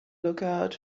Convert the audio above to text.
lookout